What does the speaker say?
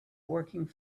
working